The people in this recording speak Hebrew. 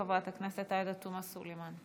חברת הכנסת עאידה תומא סלימאן.